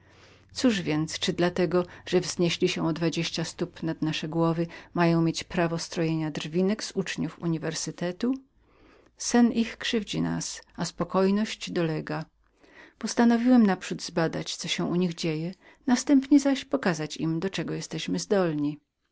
cóż więc czyli dla tego że wznieśli się o dwadzieścia stóp nad nasze głowy mają mieć prawo strojenia drwinek z uczniów uniwersytetu sen ich krzywdzi nas a spokojność dolega postanowiłem naprzód zbadać co się u nich dzieje następnie pokazać im do czego jesteśmy zdolni